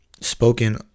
spoken